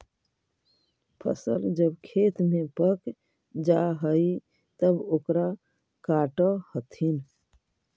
फसल जब खेत में पक जा हइ तब ओकरा काटऽ हथिन